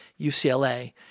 UCLA